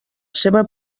seva